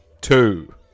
Two